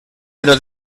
però